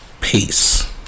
Peace